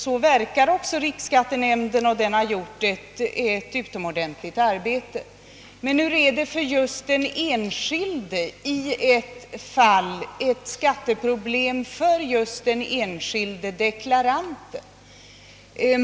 Så verkar riksskattenämnden, och den har utfört ett utomordentligt gott arbete. Men hur är förhållandet för en enskild deklarant som har ett skatteproblem?